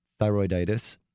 Thyroiditis